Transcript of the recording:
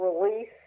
release